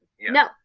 no